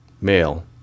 male